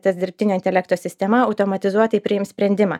tas dirbtinio intelekto sistema automatizuotai priims sprendimą